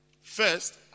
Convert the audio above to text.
First